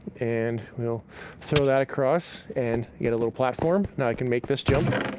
and we'll throw that across, and get a little platform. now i can make this jump.